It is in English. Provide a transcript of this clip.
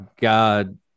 God